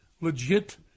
legit